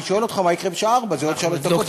אני שואל אותך מה יקרה בשעה 16:00. זה עוד שלוש דקות,